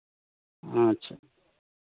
ᱟᱪᱪᱷᱟ